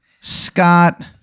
scott